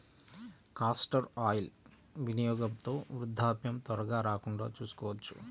castor oil వినియోగంతో వృద్ధాప్యం త్వరగా రాకుండా చూసుకోవచ్చు